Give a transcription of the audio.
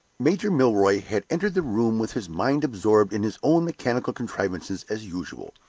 major milroy had entered the room with his mind absorbed in his own mechanical contrivances as usual.